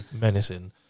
menacing